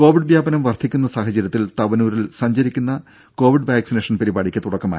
Covid വ്യാപനം വർധിക്കുന്ന സാഹചര്യത്തിൽ തവനൂരിൽ സഞ്ചരിക്കുന്ന കോവിഡ് വാക്സിനേഷൻ പരിപാടിക്ക് തുടക്കമായി